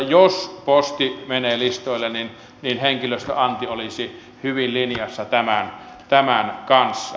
jos posti menee listoille niin minusta henkilöstöanti olisi hyvin linjassa tämän kanssa